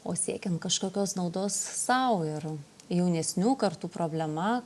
o siekiant kažkokios naudos sau ir jaunesnių kartų problema